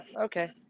okay